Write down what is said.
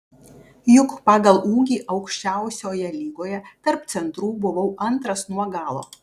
juk pagal ūgį aukščiausioje lygoje tarp centrų buvau antras nuo galo